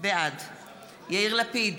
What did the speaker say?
בעד יאיר לפיד,